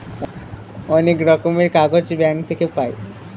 অনেক রকমের কাগজ ব্যাঙ্ক থাকে পাই